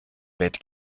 bett